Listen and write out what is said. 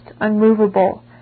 unmovable